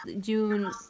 June